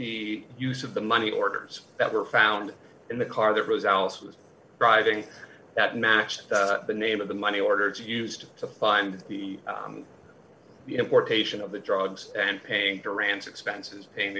the use of the money orders that were found in the car that was driving that matched the name of the money order to used to find the importation of the drugs and paying duran's expenses paying